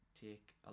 take